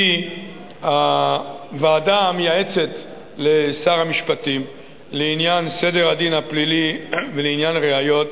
כי הוועדה המייעצת לשר המשפטים לעניין סדר הדין הפלילי ולעניין ראיות,